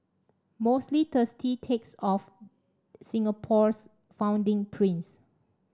mostly thirsty takes of Singapore's founding prince